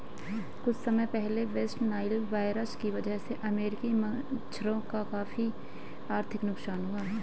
कुछ समय पहले वेस्ट नाइल वायरस की वजह से अमेरिकी मगरमच्छों का काफी आर्थिक नुकसान हुआ